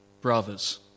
brothers